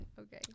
Okay